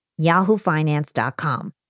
yahoofinance.com